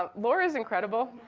ah laura's incredible.